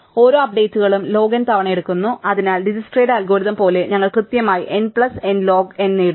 ഓരോ അപ്ഡേറ്റുകളും log n തവണ എടുക്കുന്നു അതിനാൽ ഡിജ്ക്സ്ട്രയുടെ അൽഗോരിതം പോലെ ഞങ്ങൾ കൃത്യമായി n plus n log n നേടുന്നു